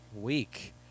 week